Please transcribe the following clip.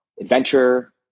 adventure